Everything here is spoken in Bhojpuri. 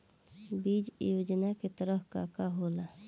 बीज योजना के तहत का का होला?